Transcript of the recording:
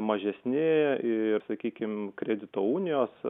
mažesni ir sakykim kredito unijos